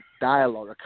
dialogue